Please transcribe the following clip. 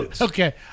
okay